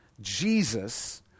Jesus